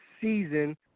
season